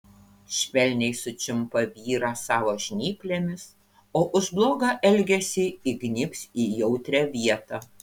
švelniai sučiumpa vyrą savo žnyplėmis o už blogą elgesį įgnybs į jautrią vietą